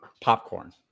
Popcorn